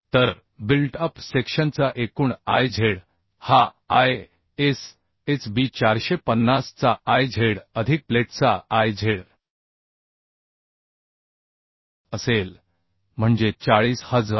तर built up सेक्शनचा एकूण Iz हा ISHB 450 चा Iz अधिक प्लेटचा Iz असेल म्हणजे 40349